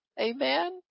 Amen